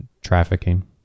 trafficking